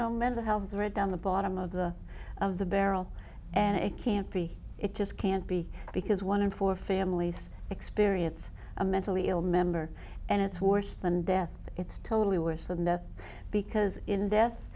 know mental health is right down the bottom of the of the barrel and it can't be it just can't be because one in four families experience a mentally ill member and it's worse than death it's totally worse and because in this